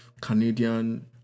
Canadian